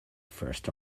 first